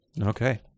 Okay